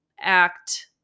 act